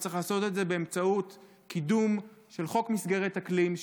וצריך לעשות את זה במסגרת קידום של חוק מסגרת אקלים,